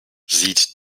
sieht